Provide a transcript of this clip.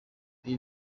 ibi